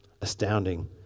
astounding